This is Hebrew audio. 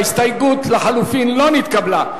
ההסתייגות לחלופין לא נתקבלה.